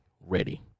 ready